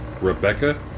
Rebecca